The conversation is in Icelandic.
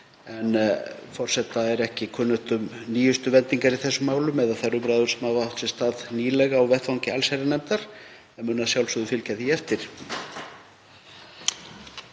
Forseta er ekki kunnugt um nýjustu vendingar í þessum málum eða þær umræður sem hafa átt sér stað nýlega á vettvangi allsherjarnefndar en mun að sjálfsögðu fylgja því eftir.)